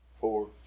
four